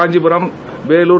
Kanchipuram Vellore